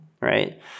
right